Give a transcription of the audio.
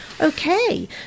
okay